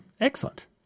Excellent